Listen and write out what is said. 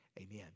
amen